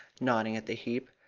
nodding at the heap.